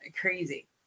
crazy